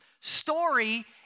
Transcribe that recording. story